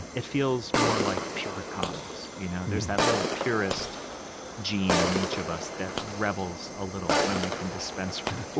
it feels more like pure comics. you know there's that little purest gene in each of us that rebels a little when we can dispense with